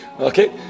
Okay